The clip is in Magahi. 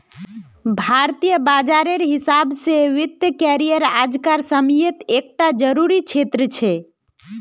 भारतीय बाजारेर हिसाब से वित्तिय करिएर आज कार समयेत एक टा ज़रूरी क्षेत्र छे